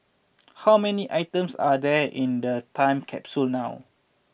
how many items are there in the time capsule now